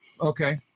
Okay